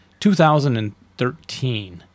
2013